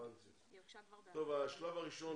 השלב הראשון,